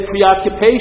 preoccupation